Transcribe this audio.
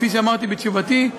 כפי שאמרתי בתשובתי,